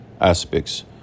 aspects